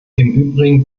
übrigen